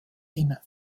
inne